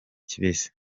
kibisi